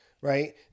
right